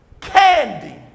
candy